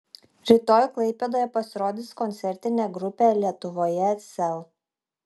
rytoj klaipėdoje pasirodys koncertinė grupė lietuvoje sel